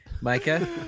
Micah